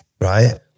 Right